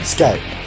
Skype